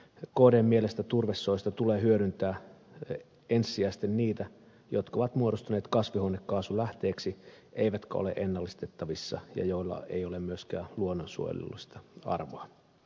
kdn mielestä turvesoista tulee hyödyntää ensisijaisesti niitä jotka ovat muodostuneet kasvihuonekaasulähteeksi eivätkä ole ennallistettavissa ja joilla ei ole myöskään luonnonsuojelullista arvoa